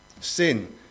Sin